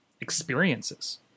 Experiences